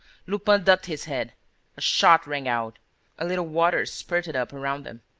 lupin ducked his head a shot rang out a little water spurted up around them.